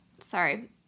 Sorry